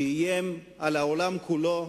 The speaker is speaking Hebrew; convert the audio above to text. שאיים על העולם כולו,